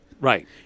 Right